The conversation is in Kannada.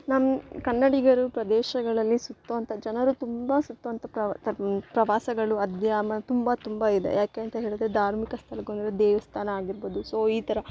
ನಮ್ಮ ಕನ್ನಡಿಗರು ಪ್ರದೇಶಗಳಲ್ಲಿ ಸುತ್ತುವಂಥ ಜನರು ತುಂಬ ಸುತ್ತುವಂಥ ಪ್ರ ಪ್ರವಾಸಗಳು ಅದ್ಯಾವ ತುಂಬ ತುಂಬ ಇದೆ ಯಾಕೆ ಅಂತ ಹೇಳಿದ್ರೆ ಧಾರ್ಮಿಕ ಸ್ಥಳಗುಳು ಅಂದರೆ ದೇವಸ್ಥಾನ ಆಗಿರ್ಬೋದು ಸೊ ಈ ಥರ